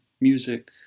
music